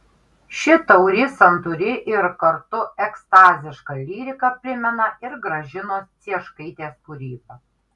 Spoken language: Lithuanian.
ši tauri santūri ir kartu ekstaziška lyrika primena ir gražinos cieškaitės kūrybą